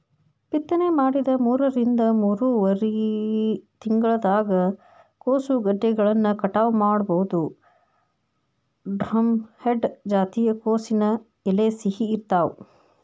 ಬಿತ್ತನೆ ಮಾಡಿದ ಮೂರರಿಂದ ಮೂರುವರರಿ ತಿಂಗಳದಾಗ ಕೋಸುಗೆಡ್ಡೆಗಳನ್ನ ಕಟಾವ ಮಾಡಬೋದು, ಡ್ರಂಹೆಡ್ ಜಾತಿಯ ಕೋಸಿನ ಎಲೆ ಸಿಹಿ ಇರ್ತಾವ